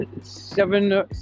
seven